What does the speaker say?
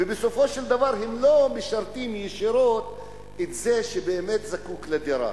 ובסופו של דבר הן לא משרתות ישירות את זה שבאמת זקוק לדירה.